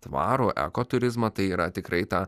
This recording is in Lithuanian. tvarų ekoturizmą tai yra tikrai ta